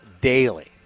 daily